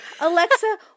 Alexa